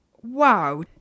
wow